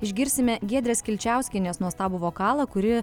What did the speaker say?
išgirsime giedrės kilčiauskienės nuostabų vokalą kuri